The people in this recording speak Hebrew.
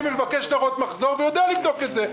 ולבקש דוחות מחזור ויודע לבדוק את זה.